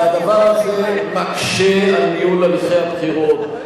והדבר הזה מקשה על ניהול הליכי הבחירות.